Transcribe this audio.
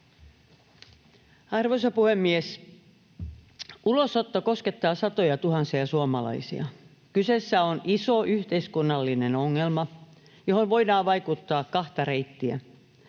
Arvoisa puhemies! Ulosotto koskettaa satojatuhansia suomalaisia. Kyseessä on iso yhteiskunnallinen ongelma, johon voidaan vaikuttaa kahta reittiä: